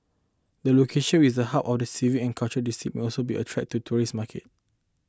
the location with the hub of the civic and cultural district may also be attract to tourist market